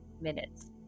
minutes